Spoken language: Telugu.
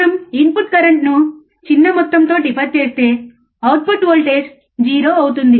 మనం ఇన్పుట్ కరెంట్ను చిన్న మొత్తంతో డిఫర్ చేస్తే అవుట్పుట్ వోల్టేజ్ 0 అవుతుంది